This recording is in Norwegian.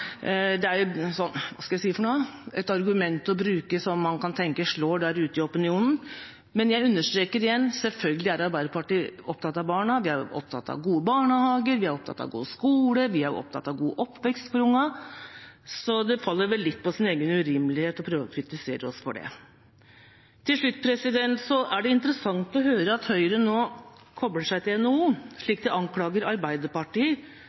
hva skal jeg si – et argument å bruke som man kan tenke slår an ute i opinionen. Men jeg understreker igjen: Selvfølgelig er Arbeiderpartiet opptatt av barna. Vi er opptatt av gode barnehager. Vi er opptatt av gode skoler. Vi er opptatt av god oppvekst for ungene. Så det faller vel litt på sin egen urimelighet å kritisere oss for det. Til slutt: Det er interessant å høre at Høyre nå kobler seg til NHO, slik de anklager Arbeiderpartiet for å gjøre når det gjelder LO, og ikke minst kritiserer LO og Arbeiderpartiet